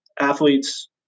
athletes